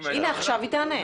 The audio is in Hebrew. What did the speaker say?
הנה עכשיו היא תענה.